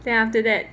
then after that